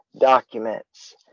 documents